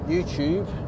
YouTube